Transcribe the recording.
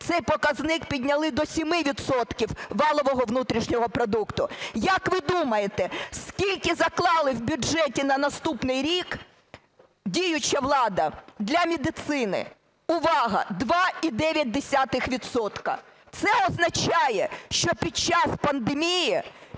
цей показник підняли до 7 відсотків валового внутрішнього продукту. Як ви думаєте, скільки заклала в бюджеті на наступний рік діюча влада для медицини? Увага, 2,9 відсотка. Це означає, що під час пандемії,